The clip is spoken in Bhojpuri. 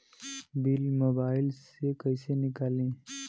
बिल मोबाइल से कईसे निकाली?